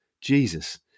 Jesus